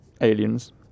Aliens